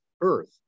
Earth